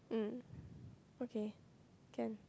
mm okay can